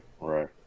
right